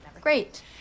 great